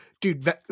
dude